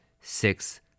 Six